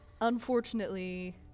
Unfortunately